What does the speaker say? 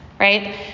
Right